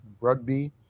rugby